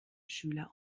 schüler